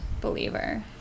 believer